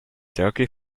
turkey